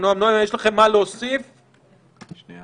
יש לכם מה להוסיף לנושא?